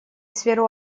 сферу